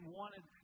wanted